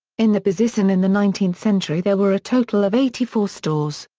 in the bezisten in the nineteenth century there were a total of eighty four stores.